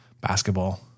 basketball